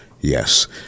Yes